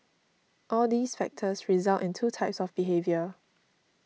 all these factors result in two types of behaviour